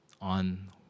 on